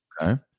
Okay